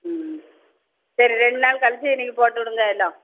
ம் ம் சரி ரெண்டு நாள் கழிச்சி நீங்கள் போட்டுவிடுங்க எல்லாம்